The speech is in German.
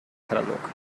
katalog